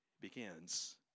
begins